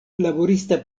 laborista